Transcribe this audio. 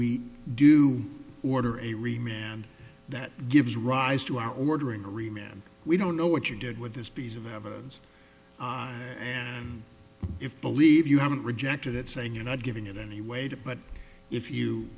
we do order a remailer and that gives rise to our ordering remember we don't know what you did with this piece of evidence and if believe you haven't rejected it saying you're not giving in any way to but if you